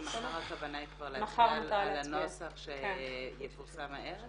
מחר הכוונה להצביע על הנוסח שיפורסם הערב?